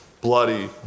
bloody